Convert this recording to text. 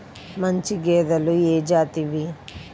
మంచి గేదెలు ఏ జాతివి?